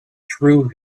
through